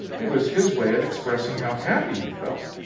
it was his way of expressing how happy he felt.